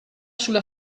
sulla